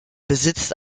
besitzt